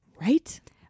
Right